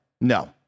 No